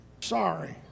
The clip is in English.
sorry